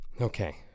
Okay